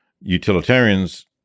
utilitarians